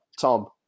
Tom